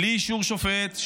בלי אישור שופט,